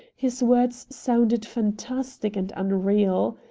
his words sounded fantastic and unreal.